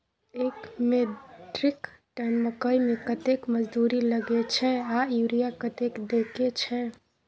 एक metric tonne मकई में कतेक मजदूरी लगे छै आर यूरिया कतेक देके छै?